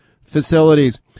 facilities